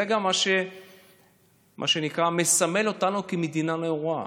זה גם מה שמסמל אותנו כמדינה נאורה.